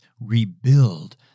rebuild